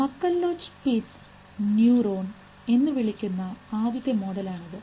McCulloch Pitts neuron എന്ന് വിളിക്കുന്ന ആദ്യത്തെ മോഡലാണിത്